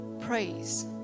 Praise